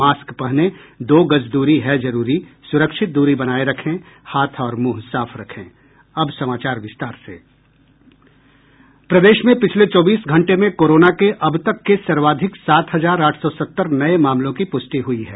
mask पहनें दो गज दूरी है जरूरी सुरक्षित दूरी बनाये रखें हाथ और मुंह साफ रखें प्रदेश में पिछले चौबीस घंटे में कोरोना के अबतक के सर्वाधिक सात हजार आठ सौ सत्तर नये मामलों की पुष्टि हुयी है